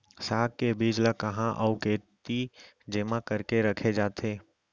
साग के बीज ला कहाँ अऊ केती जेमा करके रखे जाथे?